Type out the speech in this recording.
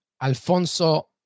Alfonso